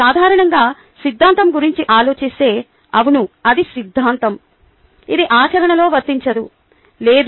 సాధారణంగా సిద్ధాంతం గురించి ఆలోచిస్తే అవును అది సిద్ధాంతం ఇది ఆచరణలో వర్తించదు లేదు